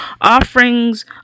offerings